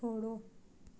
छोड़ो